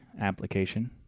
application